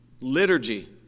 liturgy